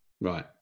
right